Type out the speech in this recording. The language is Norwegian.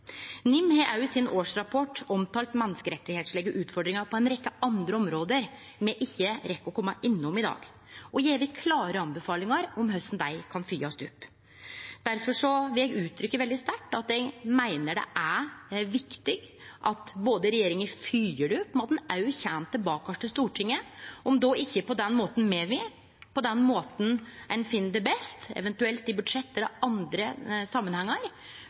NIM har i årsrapporten òg omtalt menneskerettslege utfordringar på ei rekkje andre område, som me ikkje rekk å kome innom i dag, og gjev klare anbefalingar om korleis dei kan følgjast opp. Difor vil eg uttrykkje veldig sterkt at eg meiner det er viktig at regjeringa følgjer det opp, men at ein òg kjem tilbake til Stortinget – om ikkje på den måten me vil, så på den måten ein finn det best, eventuelt i budsjettsamanheng eller andre samanhengar.